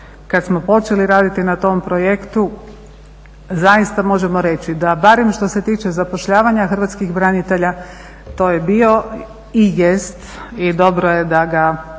kada smo počeli raditi na tom projektu zaista možemo reći da barem što se tiče zapošljavanja hrvatskih branitelja to je bio i jest i dobro je da ga